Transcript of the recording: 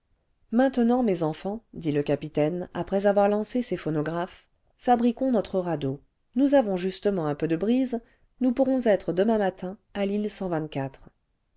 maintenant mes enfants dit le capitaine après avoir lancé ses phonographes fabriquons notre radeau nous avons justement un peu de brise nous pourrons être demain matin à l'île